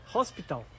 Hospital